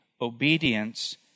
obedience